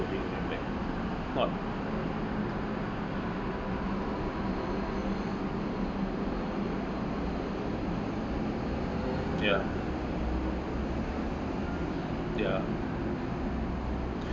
bring them back though ya ya